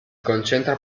concentra